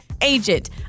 agent